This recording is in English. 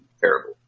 terrible